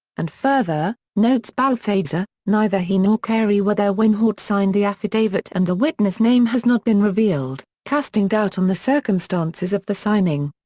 and further, notes balthaser, neither he nor carey were there when haut signed the affidavit and the witness' name has not been revealed, casting doubt on the circumstances the signing.